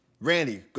Randy